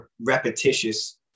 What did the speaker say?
repetitious